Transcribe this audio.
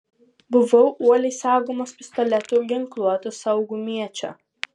buvau uoliai saugomas pistoletu ginkluoto saugumiečio